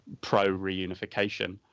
pro-reunification